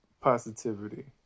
positivity